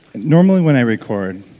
normally when i record,